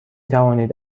توانید